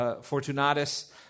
Fortunatus